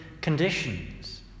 conditions